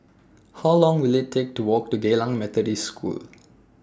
How Long Will IT Take to Walk to Geylang Methodist School